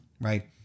right